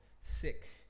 sick